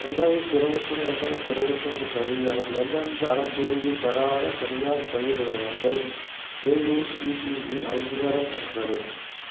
ரெண்டாயிரத்தி இருபத்தி ஒன்று ரெண்டாயிரத்தி இருபத்தி ரெண்டு கல்வியாண்டில் எந்தெந்த அரசுதவி பெறாத தனியார் கல்வி நிறுவனங்கள் ஏஐசிடிஇ அங்கீகாரம் பெற்றவை